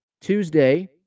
Tuesday